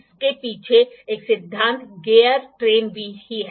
इसके पीछे का सिद्धांत गियर ट्रेन ही है